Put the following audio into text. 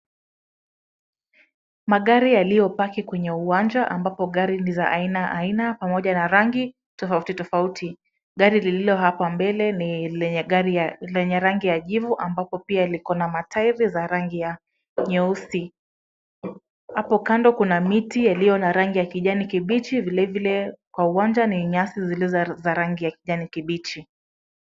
Magari yaliyopaki kwenye uwanja ambapo gari ni za aina aina pamoja na rangi tofauti tofauti. Gari lililo hapa mbele ni lenye rangi ya jivu ambapo pia liko na matairi za rangi ya nyeusi. Hapo kando kuna miti iliyo na rangi ya kijani kibichi vilevile kwa uwanja ni nyasi zilizo za rangi ya kijani kibichi.